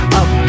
up